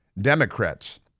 Democrats